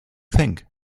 think